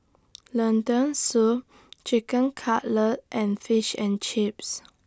Lentil Soup Chicken Cutlet and Fish and Chips